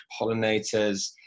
pollinators